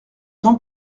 t’en